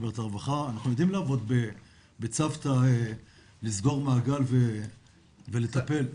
אנחנו יודעים לעבוד בצוותא, לסגור מעגל ולטפל.